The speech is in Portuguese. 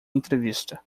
entrevista